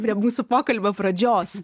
prie mūsų pokalbio pradžios